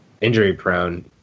injury-prone